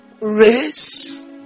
race